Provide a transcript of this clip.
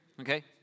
okay